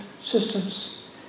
systems